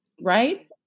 right